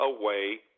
away